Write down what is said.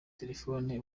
telefoni